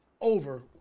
over